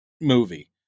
movie